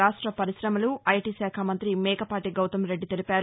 రాష్ట్ర పర్కిశమలు ఐటీ శాఖ మంతి మేకపాటి గౌతంరెడ్డి తెలిపారు